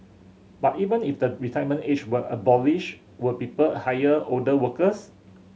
but even if the retirement age were abolished would people hire older workers